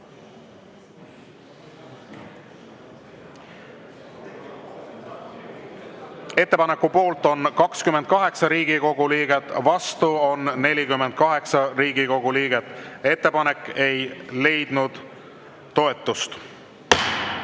Ettepaneku poolt on 28 Riigikogu liiget, vastu on 48 Riigikogu liiget. Ettepanek ei leidnud toetust.